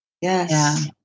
Yes